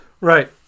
Right